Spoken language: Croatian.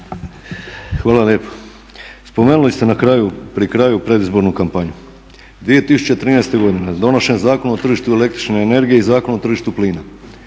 Hvala lijepo. Spomenuli ste na kraju, pri kraju predizbornu kampanju, 2013.godine donošen je Zakon o tržištu električne energije i Zakon o tržištu plina